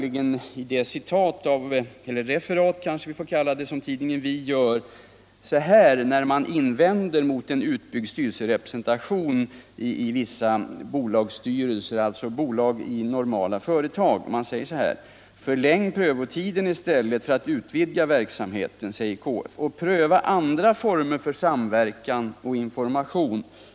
I det referat som tidningen Vi gör av KF:s yttrande när man invänder mot en utbyggd styrelserepresentation i vissa bolagsstyrelser — alltså i normala företag — heter det: ”Förläng prövotiden i stället för att utvidga verksamheten, säger KF. Och pröva andra former för samverkan och information.